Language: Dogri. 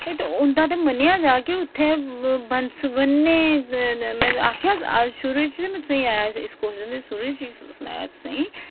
उंदा ते मन्नेआ जा की उत्थै बन्न सबन्नें में आखेआ शुरू च में शुरू च सनाया तुसें ई